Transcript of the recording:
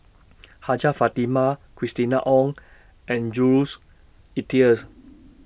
Hajjah Fatimah Christina Ong and Jules Itiers